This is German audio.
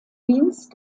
dienst